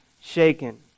shaken